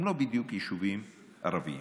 הם לא בדיוק יישובים ערביים.